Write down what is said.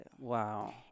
Wow